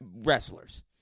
wrestlers